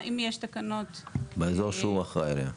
אם יש תקנות באזור שהוא אחראי עליהם,